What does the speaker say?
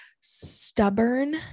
stubborn